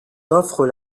offrent